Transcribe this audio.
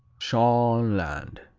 schonland